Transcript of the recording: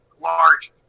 large